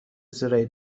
زراعی